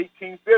1850